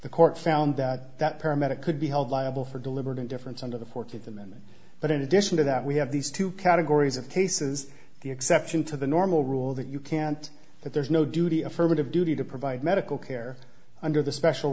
the court found that paramedic could be held liable for deliberate indifference under the fourteenth amendment but in addition to that we have these two categories of cases the exception to the normal rule that you can't but there's no duty affirmative duty to provide medical care under the special